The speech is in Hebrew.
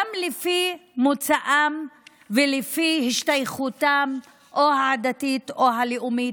גם לפי מוצאן ולפי השתייכותן העדתית, וגם הלאומית,